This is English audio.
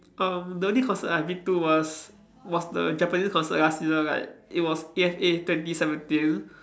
um the only concert I've been to was was the Japanese concert last year like it was A_F_A twenty seventeen